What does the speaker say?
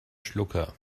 schlucker